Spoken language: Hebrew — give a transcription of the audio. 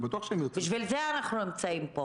בשביל זה אנחנו נמצאים פה.